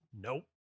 nope